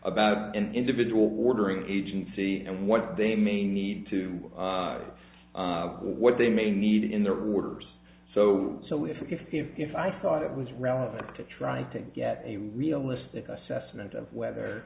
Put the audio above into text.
about individual ordering agency and what they may need to have what they may need in their waters so so if if if i thought it was relevant to trying to get a realistic assessment of whether